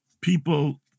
people